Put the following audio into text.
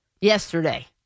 yesterday